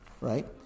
Right